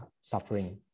suffering